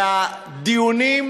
והדיונים